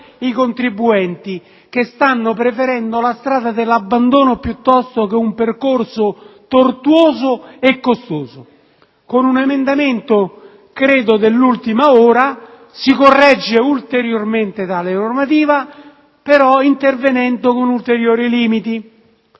i contribuenti che stanno preferendo la strada dell'abbandono piuttosto che un percorso tortuoso e costoso. Con un emendamento, credo dell'ultima ora, si corregge ulteriormente tale normativa, però intervenendo con ulteriori limiti.